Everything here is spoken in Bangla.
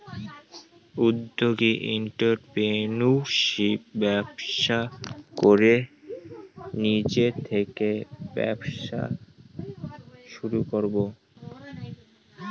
উদ্যোগী এন্ট্ররপ্রেনিউরশিপ ব্যবস্থা করে নিজে থেকে ব্যবসা শুরু করে